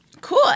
Cool